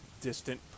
distant